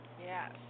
Yes